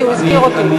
כי הוא הזכיר אותי.